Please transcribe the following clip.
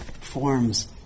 forms